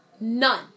None